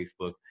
Facebook